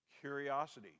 Curiosity